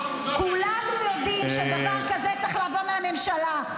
כולנו יודעים שדבר כזה צריך לבוא מהממשלה.